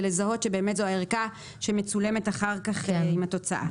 לזהות שבאמת זאת הערכה שמצולמת אחר כך עם התוצאה.